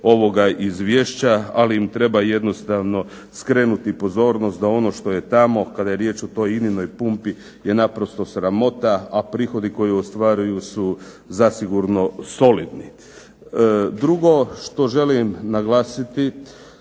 ovoga izvješća, ali im treba jednostavno skrenuti pozornost da ono što je tamo kada je riječ o toj INA-noj pumpi je naprosto sramota, a prihodi koji ostvaruju su zasigurno solidni. Drugo što želim naglasiti